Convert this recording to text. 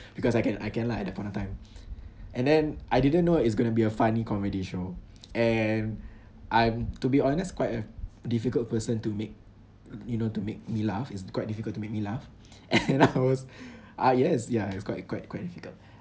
because I can I can lah at that point of time and then I didn't know it's gonna be a funny comedy show and I'm to be honest quite a difficult person to make you know to make me laugh it's quite difficult to make me laugh and I was uh yes yeah it's quite quite quite difficult